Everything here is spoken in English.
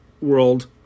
world